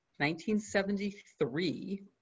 1973